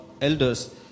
elders